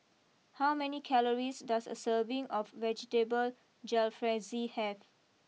how many calories does a serving of Vegetable Jalfrezi have